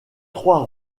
trois